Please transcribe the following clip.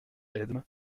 edme